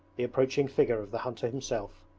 the approaching figure of the hunter himself.